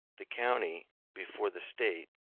the county before the state,